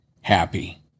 happy